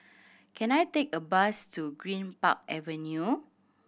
can I take a bus to Greenpark Avenue